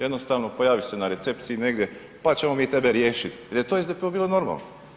Jednostavno pojavi se na recepciji negdje pa ćemo mi tebe riješiti jer je to SDP-u bilo normalno.